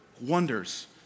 wonders